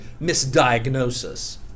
misdiagnosis